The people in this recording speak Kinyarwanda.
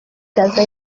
gaza